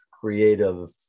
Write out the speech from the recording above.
creative